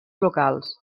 locals